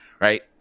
right